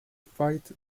fight